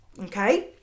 Okay